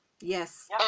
yes